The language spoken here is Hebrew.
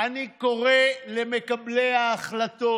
אני קורא למקבלי ההחלטות: